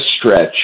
stretch